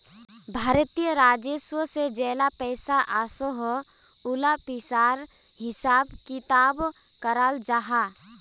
भारतीय राजस्व से जेला पैसा ओसोह उला पिसार हिसाब किताब कराल जाहा